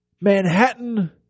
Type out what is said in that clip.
Manhattan